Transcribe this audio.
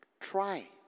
try